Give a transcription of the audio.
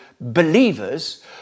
believers